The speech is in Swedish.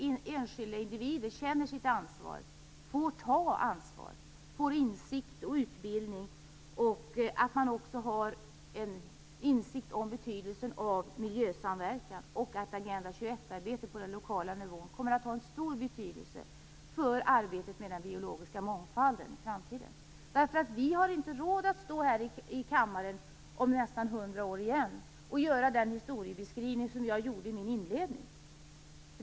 Enskilda individer känner sitt ansvar, får ta ansvar och får insikt och utbildning. Vidare finns det en insikt om betydelsen av miljösamverkan. Agenda 21-arbetet på den lokala nivån kommer i framtiden att ha stor betydelse för arbetet med den biologiska mångfalden. Vi har inte råd att låta det bli så att man står i denna kammare om ytterligare nästan hundra år och ger samma historiebeskrivning som jag inledningsvis gav.